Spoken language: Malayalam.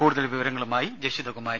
കൂടുതൽ വിവരങ്ങളുമായി ജഷിത കുമാരി